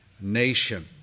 nation